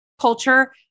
culture